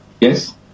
Yes